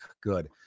good